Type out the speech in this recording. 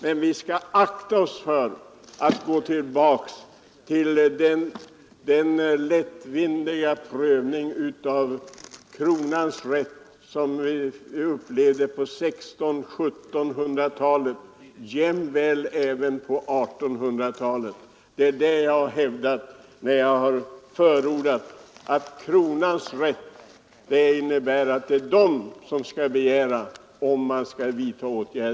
Men vi skall akta oss för att gå tillbaka till den lättvindiga prövning av kronans rätt som förekom på 1600 och 1700-talen och jämväl på 1800-talet. Det är detta jag har hävdat när jag förordat att kronans rätt innebär att det är kronan som skall begära att åtgärder vidtas i Ljusnan.